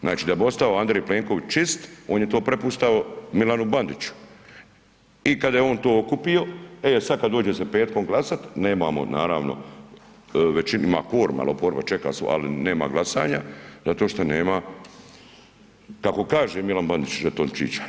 Znači da bi ostao Andrej Plenković čist, on je to prepuštao Milanu Bandiću i kada je on to okupio, e sad kad dođe se petkom glasat, nemamo naravno većinu, ima kvoruma, al opora čeka, nema glasanja, zato šta nema kako kaže Milan Bandić žetončića.